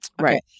Right